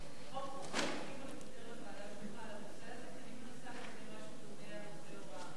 חוק, אני מנסה לקדם משהו דומה על עובדי הוראה.